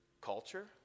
culture